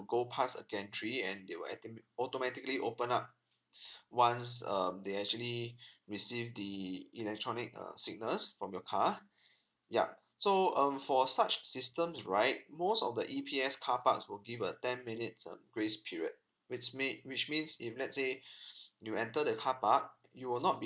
go past a gate entry and they will automa~ automatically open up once uh they actually receive the electronic uh signals from your car ya so um for such systems right most of the eps carparks will give a ten minutes uh grace period which mea~ which means if let's say you enter the car park you will not be